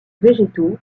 végétaux